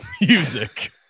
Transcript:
music